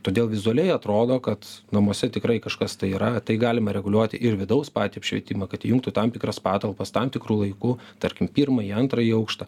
todėl vizualiai atrodo kad namuose tikrai kažkas tai yra tai galime reguliuoti ir vidaus patį apšvietimą kad įjungtų tam tikras patalpas tam tikru laiku tarkim pirmąjį antrąjį aukštą